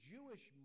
Jewish